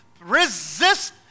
resist